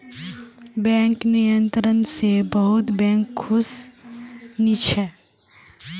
bank नियंत्रण स बहुत बैंक खुश नी छ